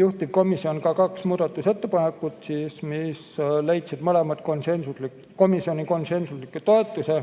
juhtivkomisjon ka kaks muudatusettepanekut, mis leidsid mõlemad komisjoni konsensusliku toetuse.